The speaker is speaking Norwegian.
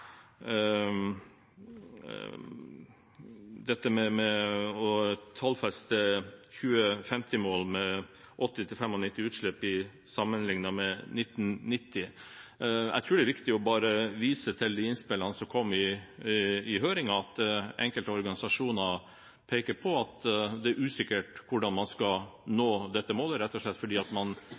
med utslippsnivået i 1990. Jeg tror det er viktig å vise til de innspillene som kom i høringen, hvor enkelte organisasjoner pekte på at det er usikkert hvordan man skal nå dette målet, rett og slett fordi man ikke har den nødvendige teknologien, og man